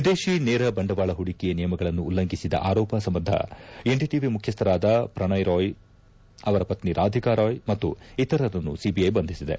ವಿದೇಶಿ ನೇರ ಬಂಡವಾಳ ಹೂಡಿಕೆ ನಿಯಮಗಳನ್ನು ಉಲ್ಲಂಘಿಸಿದ ಆರೋಪ ಸಂಬಂಧ ಎನ್ಡಿಟಿವಿ ಮುಖ್ಯಸ್ವರಾದ ಪ್ರಣಯ್ ರಾಯ್ ಅವರ ಪತ್ನಿ ರಾಧಿಕಾ ರಾಯ್ ಮತ್ತು ಇತರರನ್ನು ಸಿಬಿಐ ಬಂಧಿಸಿದೆ